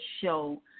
show